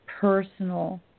personal